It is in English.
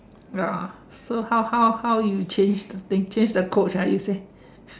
ya so how how how you change the thing change the codes right you say